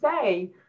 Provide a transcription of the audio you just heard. say